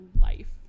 life